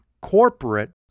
corporate